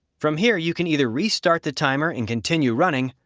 from here you can either re-start the timer and continue running,